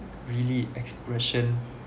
really expression